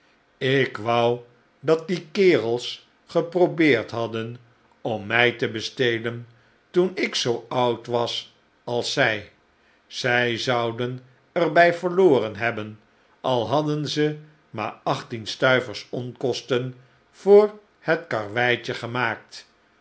ik wou dat die kerels geprobeerd hadden om mij te bestelen toen ik zoo oud was als hij zij zouden er bij verloren hebben al hadden zij maar achttien stuivers onkosten voor het karreweitje gemaakt